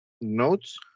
notes